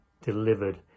delivered